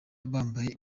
bambaye